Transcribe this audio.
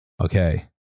Okay